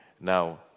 Now